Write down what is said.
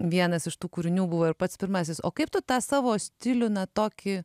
vienas iš tų kūrinių buvo ir pats pirmasis o kaip tu tą savo stilių na tokį